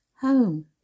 Home